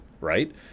right